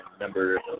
Number